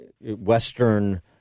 Western